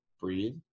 breathe